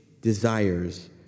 desires